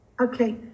Okay